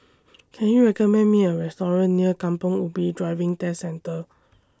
Can YOU recommend Me A Restaurant near Kampong Ubi Driving Test Centre